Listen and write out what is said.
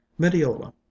Mediola